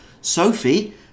Sophie